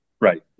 Right